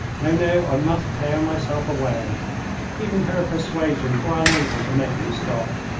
no, no, i must tear myself away even her persuasions were unable to make me stop.